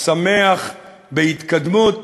השמח בהתקדמות,